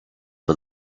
for